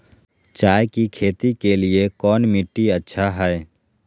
चाय की खेती के लिए कौन मिट्टी अच्छा हाय?